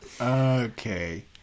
Okay